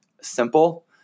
simple